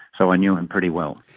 so i knew him pretty well.